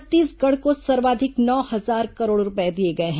छत्तीसगढ़ को सर्वाधिक नौ हजार करोड़ रुपये दिए गए हैं